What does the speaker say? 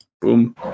boom